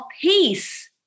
Peace